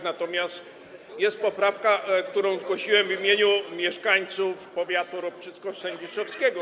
Natomiast jest poprawka, którą zgłosiłem w imieniu mieszkańców powiatu ropczycko-sędziszowskiego.